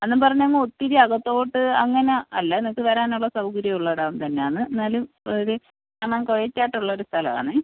എന്നും പറഞ്ഞങ്ങ് ഒത്തിരി അകത്തോട്ട് അങ്ങനെ അല്ല നിങ്ങൾക്ക് വരാനുള്ള സൗകര്യം ഉള്ള ഇടം തന്നെയാന്ന് എന്നാലും ഒരു കാം ആ ക്വയറ്റ് ആയിട്ടുള്ളൊരു സ്ഥലമാണെ